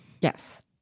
Yes